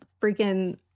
freaking